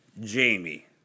Jamie